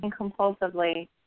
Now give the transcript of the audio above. compulsively